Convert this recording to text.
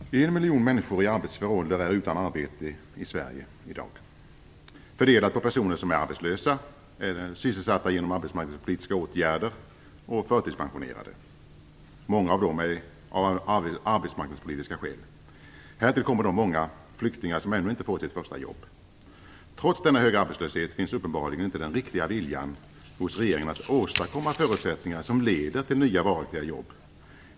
Fru talman! En miljon människor i arbetsför ålder är utan arbete i Sverige i dag, fördelat på personer som är arbetslösa, sysselsatta genom arbetsmarknadspolitiska åtgärder och förtidspensionerade, många av dessa av arbetsmarknadspolitiska skäl. Härtill kommer de många flyktingar som ännu inte fått sitt första jobb. Trots denna höga arbetslöshet finns uppenbarligen inte den riktiga viljan hos regeringen att åstadkomma förutsättningar som leder till nya varaktiga jobb.